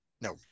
No